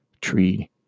tree